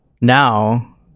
Now